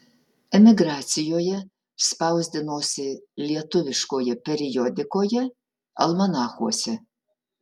emigracijoje spausdinosi lietuviškoje periodikoje almanachuose